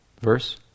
verse